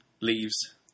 leaves